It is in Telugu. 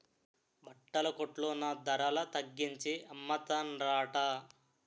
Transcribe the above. బట్టల కొట్లో నా ధరల తగ్గించి అమ్మతన్రట